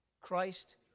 Christ